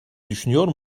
düşünüyor